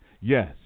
Yes